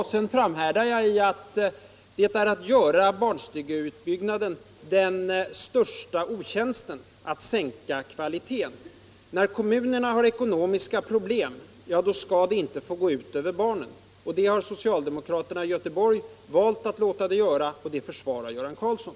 Vidare framhärdar jag i mitt påstående att det är att göra barnstugeutbyggnaden den största otjänsten att sänka kvaliteten. När kommunerna har ekonomiska problem skall det inte få gå ut över barnen, men det har socialdemokraterna valt att göra och det försvarar Göran Karlsson.